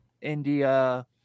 india